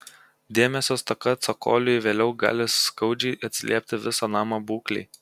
dėmesio stoka cokoliui vėliau gali skaudžiai atsiliepti viso namo būklei